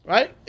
Right